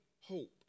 hope